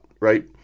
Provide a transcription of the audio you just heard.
right